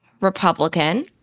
Republican